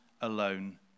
alone